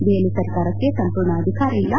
ದೆಹಲಿ ಸರ್ಕಾರಕ್ಕೆ ಸಂಪೂರ್ಣ ಅಧಿಕಾರ ಇಲ್ಲ